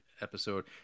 episode